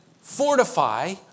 fortify